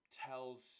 tells